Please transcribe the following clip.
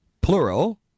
Plural